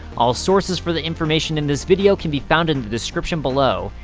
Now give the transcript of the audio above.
all sources for the information in this video can be found in the description below.